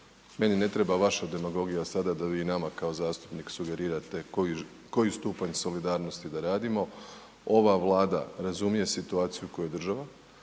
Meni ne treba vaša demagogija sada da vi nama kao zastupnik sugerirate koji stupanj solidarnosti da radimo. Ova Vlada razumije situaciju u kojoj je država,